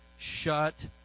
Shut